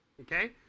Okay